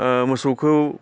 ओ मोसौखौ